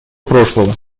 прошлого